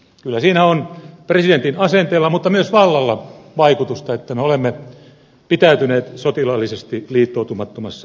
kyllä siinä on presidentin asenteella mutta myös vallalla vaikutusta että me olemme pitäytyneet sotilaallisesti liittoutumattomassa roolissamme